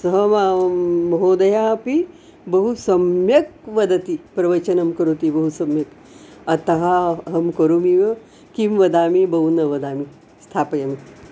सः मां महोदयः अपि बहु सम्यक् वदति प्रवचनं करोति बहु सम्यक् अतः अहं करोमि वा किं वदामि बहु न वदामि स्थापयामि